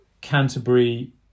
Canterbury